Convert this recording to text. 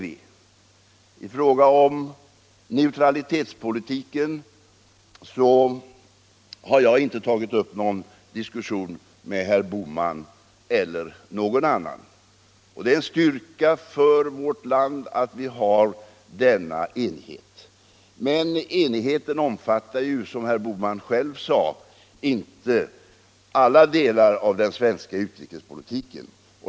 I fråga om neutralitetspolitiken har jag inte tagit upp någon diskussion med herr Bohman eller någon annan. Det är en styrka för vårt land att vi har denna enighet. Men enigheten omfattar, som herr Bohman själv sade, inte alla delar av den svenska utrikespolitiken.